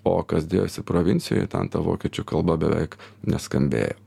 o kas dėjosi provincijoj ten ta vokiečių kalba beveik neskambėjo